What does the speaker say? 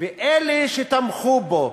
ואלה שתמכו בו,